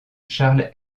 charles